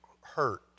hurt